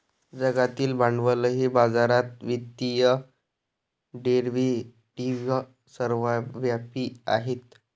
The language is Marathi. जागतिक भांडवली बाजारात वित्तीय डेरिव्हेटिव्ह सर्वव्यापी आहेत